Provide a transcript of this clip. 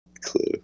clue